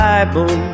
Bible